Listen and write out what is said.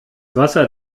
wasser